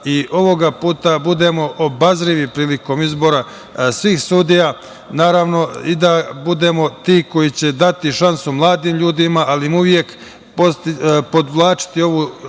i ovoga puta budemo obazrivi prilikom izbora svih sudija, naravno i da budemo ti koji će dati šansu mladim ljudima, ali im uvek podvlačiti ovu